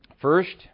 First